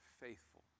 Faithful